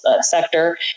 sector